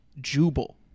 Jubal